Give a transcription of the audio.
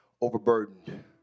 overburdened